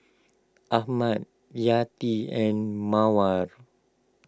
Ahmad Yati and Mawar